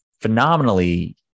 phenomenally